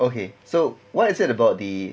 okay so what is it about the